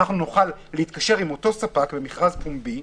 אנחנו נוכל להתקשר עם אותו ספק במכרז פומבי,